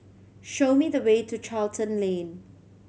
show me the way to Charlton Lane